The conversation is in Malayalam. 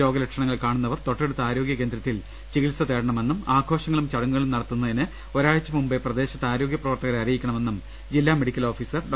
രോഗലക്ഷണങ്ങൾ കാണു ന്നവർ തൊട്ടടുത്ത ആരോഗ്യ കേന്ദ്രത്തിൽ ചികിത്സ തേടണമെന്നും ആഘോഷങ്ങളും ചടങ്ങുകളും നടത്തുന്നതിന് ഒരാഴ്ച്ച മുൻപേ പ്രദേ ശത്തെ ആരോഗ്യ പ്രവർത്തകരെ അറിയിക്കണമെന്നും ജില്ലാ മെഡി ക്കൽ ഓഫീസർ ഡോ